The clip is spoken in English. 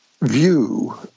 view